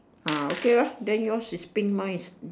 ah okay lor then yours is pink mine is